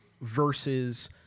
versus